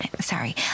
sorry